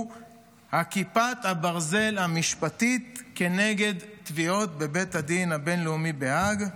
הוא כיפת הברזל המשפטית כנגד תביעות בבית הדין הבין-לאומי בהאג,